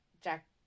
Jack